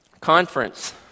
conference